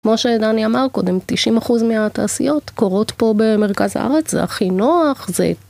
כמו שדני אמר קודם, 90% מהתעשיות קורות פה במרכז הארץ, זה הכי נוח, זה...